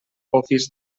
office